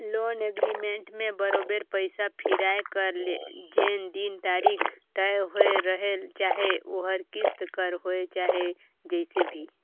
loan agreement में बरोबेर पइसा फिराए कर जेन दिन तारीख तय होए रहेल चाहे ओहर किस्त कर होए चाहे जइसे भी